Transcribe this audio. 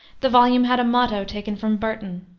the volume had a motto taken from burton,